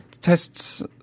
tests